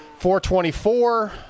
424